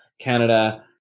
Canada